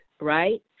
right